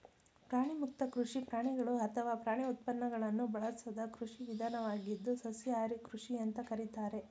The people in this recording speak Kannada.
ಪ್ರಾಣಿಮುಕ್ತ ಕೃಷಿ ಪ್ರಾಣಿಗಳು ಅಥವಾ ಪ್ರಾಣಿ ಉತ್ಪನ್ನಗಳನ್ನು ಬಳಸದ ಕೃಷಿ ವಿಧಾನವಾಗಿದ್ದು ಸಸ್ಯಾಹಾರಿ ಕೃಷಿ ಅಂತ ಕರೀತಾರೆ